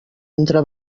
entre